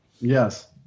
Yes